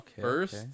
first